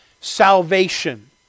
salvation